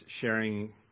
sharing